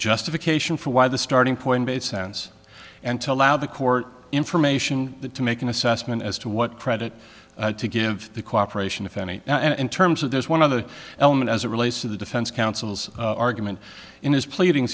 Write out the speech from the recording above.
justification for why the starting point of a sense and to allow the court information that to make an assessment as to what credit to give the cooperation if any and in terms of there's one other element as a relates to the defense counsel's argument in his pleading